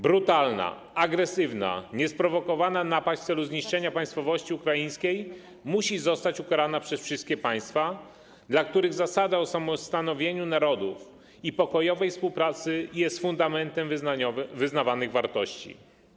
Brutalna, agresywna, niesprowokowana napaść w celu zniszczenia państwowości ukraińskiej musi zostać ukarana przez wszystkie państwa, dla których zasada samostanowienia narodów i pokojowej współpracy jest fundamentem wyznawanych wartości.